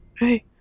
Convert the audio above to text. Right